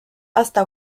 hasta